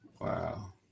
wow